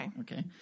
Okay